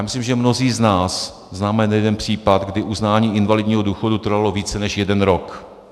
Myslím, že mnozí z nás známe nejeden případ, kdy uznání invalidního důchodu trvalo více než jeden rok.